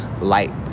light